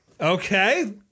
okay